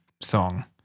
song